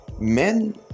Men